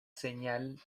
señal